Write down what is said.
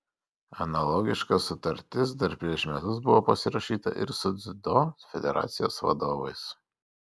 analogiška sutartis dar prieš metus buvo pasirašyta ir su dziudo federacijos vadovais